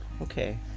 okay